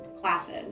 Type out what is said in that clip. classes